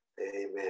amen